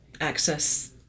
access